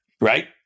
Right